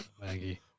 Maggie